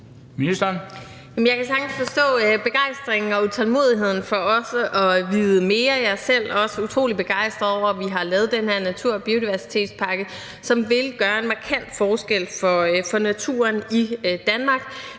Jeg kan sagtens forstå begejstringen og utålmodigheden med hensyn til også at komme til at vide mere. Jeg er selv også utrolig begejstret over, at vi har lavet den her natur- og biodiversitetspakke, som vil gøre en markant forskel for naturen i Danmark.